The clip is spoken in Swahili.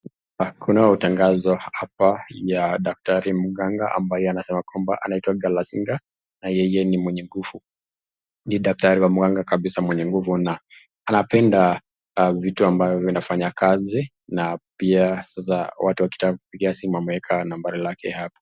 Kunao tangazo hapa ya daktari mganga ambaye anasema kwamba anaitwa Galazinga na yeye ni mwenye nguvu, ni daktari wa mganga kabisa mwenye nguvu na anapenda vitu ambavyo vinafanya kazi na pia sasa watu wakitaka kumpigia simu ameweka nambari lake hapo.